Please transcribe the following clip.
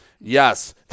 Yes